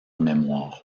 mémoire